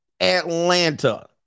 Atlanta